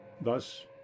Thus